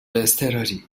اضطراری